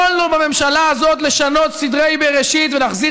יכולנו בממשלה הזאת לשנות סדרי בראשית ולהחזיר